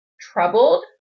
troubled